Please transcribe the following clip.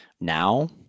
now